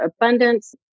abundance